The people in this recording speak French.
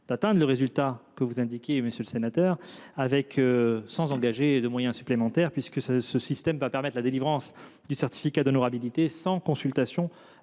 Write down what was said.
d’atteindre le résultat que vous escomptez, monsieur le sénateur, sans engager de moyens supplémentaires. En effet, ce système permettra de délivrer le certificat d’honorabilité sans consultation